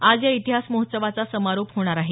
आज या इतिहास महोत्सवाचा समारोप होणार आहे